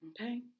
Okay